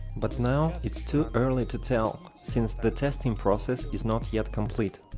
but now it's too early to tell, since the testing process is not yet complete.